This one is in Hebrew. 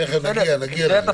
נגיע לזה.